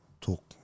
talk